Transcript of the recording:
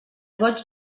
boig